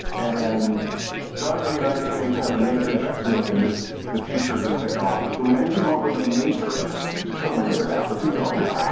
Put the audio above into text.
and does the united states have a major investment in this, the future of this technology? so we've basically gone from the matrix to terminator now, but keep going. yeah.